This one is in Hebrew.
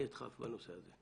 אני אדחף בנושא הזה,